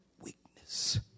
weakness